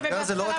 באמצע --- בסדר,